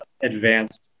advanced